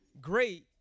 Great